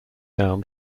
down